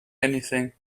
anything